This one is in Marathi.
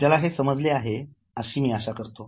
आपल्याला हे समजले आहे अशी मी आशा करतो